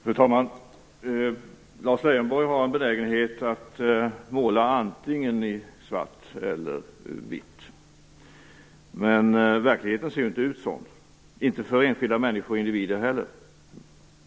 Fru talman! Lars Leijonborg har en benägenhet att måla antingen i svart eller vitt. Men verkligheten ser inte ut på det sättet - inte för enskilda människor och individer heller.